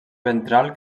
ventral